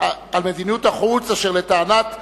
אשר לטענת המבקשים,